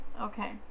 Okay